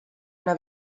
una